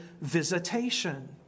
visitation